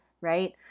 right